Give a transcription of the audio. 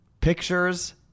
pictures